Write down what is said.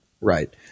right